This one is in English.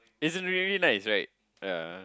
it's really really nice right ya